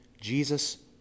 Jesus